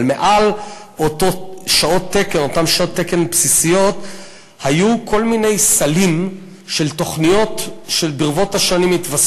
אבל מעל אותן שעות תקן בסיסיות היו כל מיני סלים של תוכניות שהתווספו